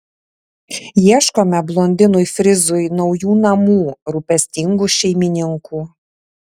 ieškome blondinui frizui naujų namų rūpestingų šeimininkų